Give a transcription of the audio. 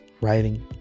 writing